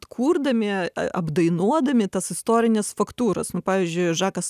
kurdami apdainuodami tas istorines faktūras nu pavyzdžiui žakas